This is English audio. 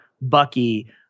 Bucky